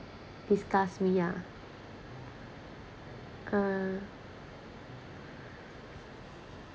disgust me ya uh